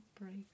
break